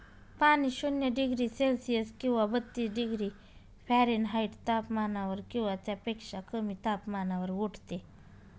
पाणी शून्य degree Celsius किंवा बत्तीस डिग्री फॅरेनहाईट तापमानावर किंवा त्यापेक्षा कमी तापमानावर गोठते